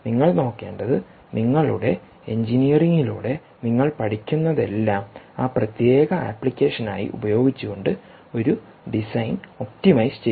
നിങ്ങൾ നോക്കേണ്ടത് നിങ്ങളുടെ എഞ്ചിനീയറിംഗിലൂടെ നിങ്ങൾ പഠിക്കുന്നതെല്ലാം ആ പ്രത്യേക ആപ്ലിക്കേഷനായി ഉപയോഗിച്ചുകൊണ്ട് ഒരു ഡിസൈൻ ഒപ്റ്റിമൈസ് ചെയ്യുക